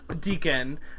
Deacon